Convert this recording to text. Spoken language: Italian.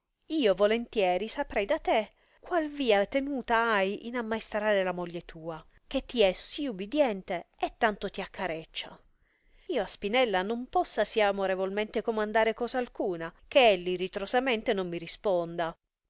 io volontieri saprei da te qual via tenuta hai in ammaestrare la moglie tua che ti è si ubidiente e tanto ti accareccia io a spinella non possa si amorevolmente comandare cosa alcuna che ella ritrosamente non mi risponda